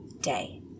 day